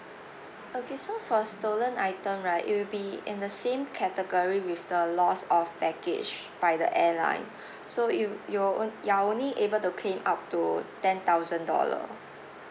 okay so for stolen item right it will be in the same category with the loss of baggage by the airline so you you're onl~ you are only able to claim up to ten thousand dollar